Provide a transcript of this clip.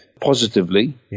positively